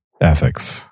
ethics